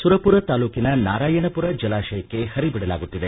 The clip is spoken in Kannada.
ಸುರಪುರ ತಾಲೂಕಿನ ನಾರಾಯಣಪುರ ಜಲಾಶಯಕ್ಕೆ ಹರಿ ಬಿಡಲಾಗುತ್ತಿದೆ